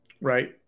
Right